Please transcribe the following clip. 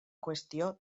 qüestió